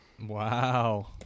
Wow